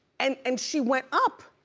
and and she went up,